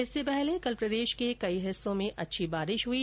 इससे पहले कल प्रदेश के विभिन्न हिस्सों में अच्छी बारिश हुई